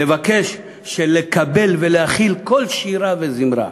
לבקש לקבל ולהכיל כל שירה וזמרה.